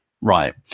Right